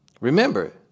Remember